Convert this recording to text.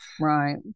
Right